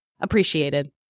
appreciated